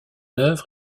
oeuvre